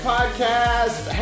Podcast